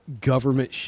government